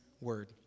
word